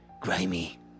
grimy